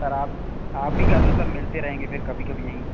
sir आप आप भी कर लो सर मिलते रहेंगें कभी कभी यहीं